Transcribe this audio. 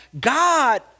God